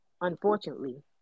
Unfortunately